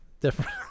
Different